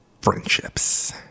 friendships